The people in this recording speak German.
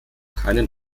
keinen